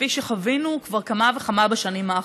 וחווינו כבר כמה וכמה בשנים האחרונות.